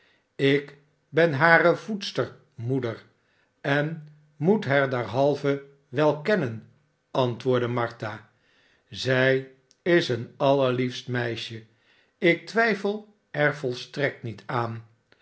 ik ben hare voedstermoeder en moet haar derhalve wel kennen antwoordde martha tzij is een allerliefst meisje ik twijfel er volstrekt niet aan